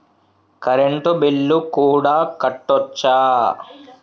Current bill కూడా కట్టొచ్చా?